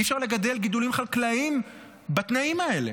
אי-אפשר לגדל גידולים חקלאיים בתנאים האלה.